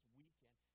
weekend